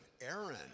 Aaron